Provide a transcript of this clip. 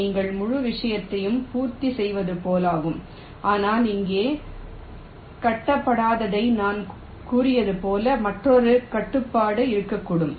இது நீங்கள் முழு விஷயத்தையும் பூர்த்தி செய்வது போலாகும் ஆனால் இங்கே காட்டப்படாததை நான் கூறியது போல் மற்றொரு கட்டுப்பாடு இருக்கக்கூடும்